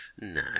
no